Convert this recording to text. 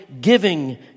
giving